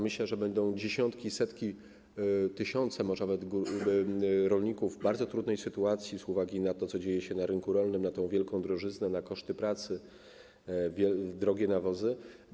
Myślę, że będą dziesiątki i setki, może nawet tysiące rolników w bardzo trudnej sytuacji z uwagi na to, co dzieje się na rynku rolnym, na tę wielką drożyznę, koszty pracy, drogie nawozy.